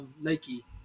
Nike